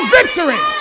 victory